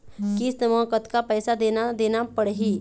किस्त म कतका पैसा देना देना पड़ही?